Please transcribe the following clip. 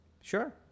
Sure